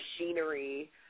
machinery